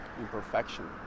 imperfection